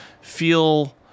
feel